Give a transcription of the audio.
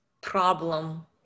problem